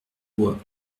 bois